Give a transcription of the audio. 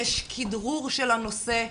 יש כדרור של הנושא,